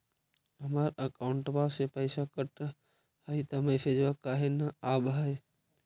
हमर अकौंटवा से पैसा कट हई त मैसेजवा काहे न आव है?